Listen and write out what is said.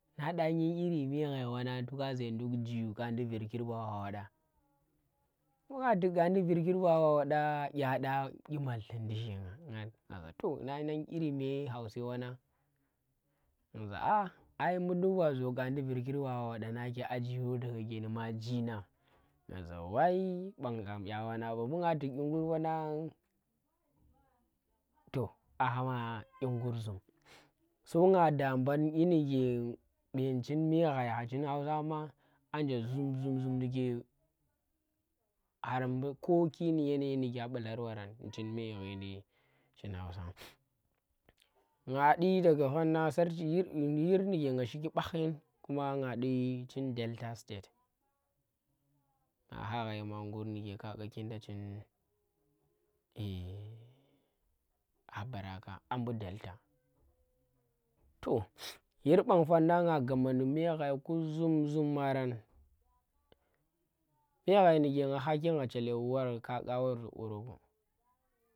Nang dya nyiri mee ghai wannang toh ka za nduk kanndi virkir ba wa wada, mbu nga tuk kaandi virki ba wa wada dya da kyi maghendi she nga za to nang nyi iri mee hause wannang nga za aa ai mbu nduk wa zuyo kandi virkir ba wa wada nake a jiro daga dyenee ma njeenah nga za wai, bang kam dya wannang ba mbu nga tuk dyingur wannang, toh ka hama dyingur zum so nga daa mban dyinke beeni chin mee ghayang chin hause ma anje zum zum zum ndike har mbu koki ndi yanayi ndike a ɓalar barang chin me ghindi chin hausen nga ndi daga fan nang sarchi yir ndike nga shiki pakndi kuma nga ndi chin delta state nga hagha yama ngur ndike ka kakinda chin eee abaraka a a mbu delta. Toh yir bang fannang nga gama nu mee gha ku zum zum marang mee ghai ndike nga hakki gha chelle war ka ƙa war orobo